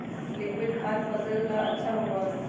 liquid खाद फसल ला अच्छा होबा हई